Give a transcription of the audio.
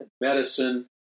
medicine